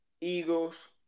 Eagles